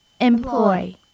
employ